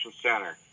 Center